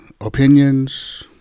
opinions